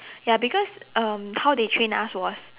ya because um how the train us was